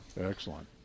Excellent